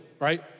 right